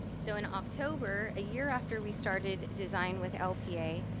so in october, a year after we started design with lpa,